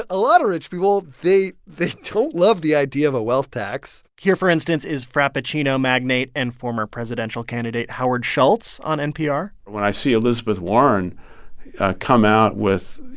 ah a lot of rich people they they don't love the idea of a wealth tax here, for instance, is frappuccino magnate and former presidential candidate howard schultz on npr when i see elizabeth warren come out with,